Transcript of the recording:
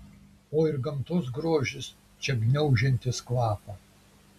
o ir gamtos grožis čia gniaužiantis kvapą